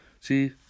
see